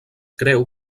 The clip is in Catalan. creu